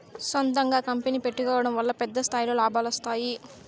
సొంతంగా కంపెనీ పెట్టుకోడం వల్ల పెద్ద స్థాయిలో లాభాలు వస్తాయి